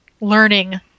learning